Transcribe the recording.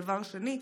דבר שני,